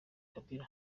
kabila